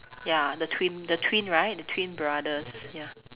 ya the twin the twin right the twin brothers ya